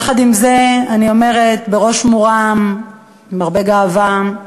יחד עם זה אני אומרת, בראש מורם ועם הרבה גאווה,